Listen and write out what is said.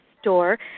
store